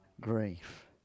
grief